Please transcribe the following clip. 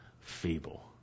feeble